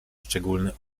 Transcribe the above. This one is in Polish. szczególny